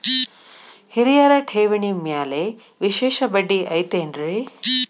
ಹಿರಿಯರ ಠೇವಣಿ ಮ್ಯಾಲೆ ವಿಶೇಷ ಬಡ್ಡಿ ಐತೇನ್ರಿ?